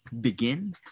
begin